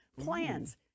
Plans